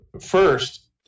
first